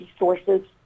resources